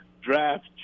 draft